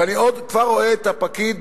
ואני כבר רואה את הפקיד